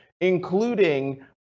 including